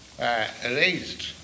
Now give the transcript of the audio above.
raised